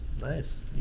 nice